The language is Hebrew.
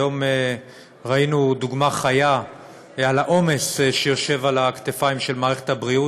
היום ראינו דוגמה חיה לעומס שיושב על הכתפיים של מערכת הבריאות,